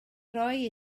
roi